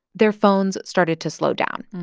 their phones started to slow down.